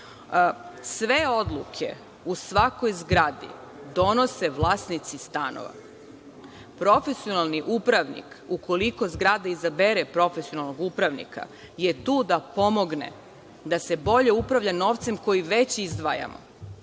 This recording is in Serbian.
Sve odluke u svakoj zgradi donose vlasnici stanova. Profesionalni upravnik, ukoliko zgrada izabere profesionalnog upravnika, tu je da pomogne da se bolje upravlja novcem koji već izdvajamo.